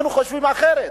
אנחנו חושבים אחרת,